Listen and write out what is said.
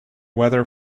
weather